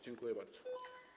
Dziękuję bardzo.